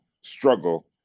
struggle